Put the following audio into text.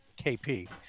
KP